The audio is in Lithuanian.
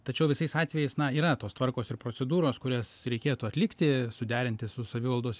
tačiau visais atvejais na yra tos tvarkos ir procedūros kurias reikėtų atlikti suderinti su savivaldos